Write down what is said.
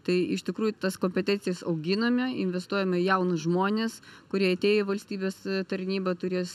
tai iš tikrųjų tas kompetencijas auginame investuojame į jaunus žmones kurie atėję į valstybės tarnybą turės